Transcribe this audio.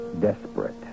desperate